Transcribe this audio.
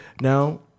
Now